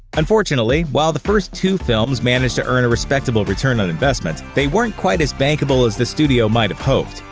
unfortunately, while the first two films managed to earn a respectable return on investment, they weren't quite as bankable as the studio might've hoped.